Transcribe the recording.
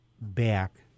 back